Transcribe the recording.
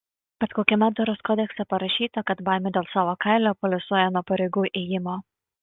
bet kokiame doros kodekse parašyta kad baimė dėl savo kailio paliuosuoja nuo pareigų ėjimo